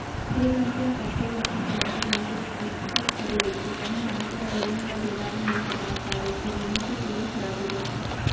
जेन मनसे ह कखरो लोन के गारेंटर बनके दस्कत करे रहिथे कहूं मनसे ह लोन ल बेरा म नइ पटा पावय त दुनो के सिविल खराब हो जाथे